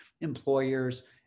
employers